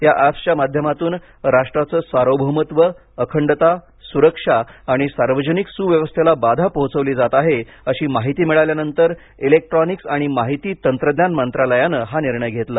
या एप्सच्या माध्यमातून राष्ट्राचं सार्वभौमत्व अखंडता सुरक्षा आणि सार्वजनिक सुव्यवस्थेला बाधा पोहोचवली जात आहे अशी माहिती मिळाल्यानंतर ईलेक्ट्रॉनिक्स आणि माहिती तंत्रज्ञान मंत्रालयानं हा निर्णय घेतला